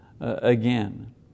again